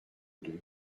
deux